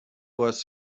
was